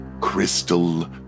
crystal